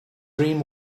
cream